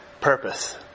purpose